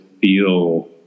feel